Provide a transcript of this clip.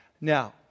Now